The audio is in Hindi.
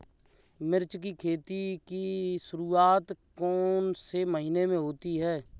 मिर्च की खेती की शुरूआत कौन से महीने में होती है?